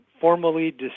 formally